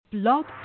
Blog